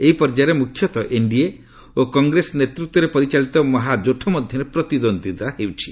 ଏହି ପର୍ଯ୍ୟାୟରେ ମୁଖ୍ୟତଃ ଏନ୍ଡିଏ ଓ କଂଗ୍ରେସ ନେତୃତ୍ୱରେ ପରିଚାଳିତ ମହାଯୋଠ ମଧ୍ୟରେ ପ୍ରତିଦ୍ୱନ୍ଦିତା ହେଉଛି